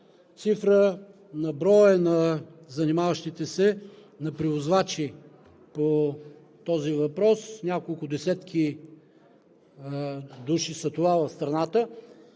цифра на броя на занимаващите се, на превозвачи по този въпрос – няколко десетки души са това в страната.